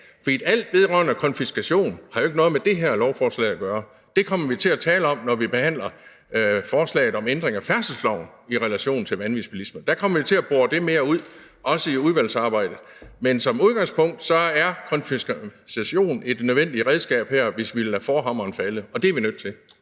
for alt vedrørende konfiskation har jo ikke noget med det her lovforslag at gøre. Det kommer vi til at tale om, når vi behandler forslaget om ændring af færdselsloven i relation til vanvidsbilisme. Der kommer vi til at bore det mere ud, også i udvalgsarbejdet. Men som udgangspunkt er konfiskation et nødvendigt redskab her, hvis vi vil lade forhammeren falde, og det er vi nødt til.